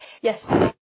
Yes